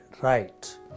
right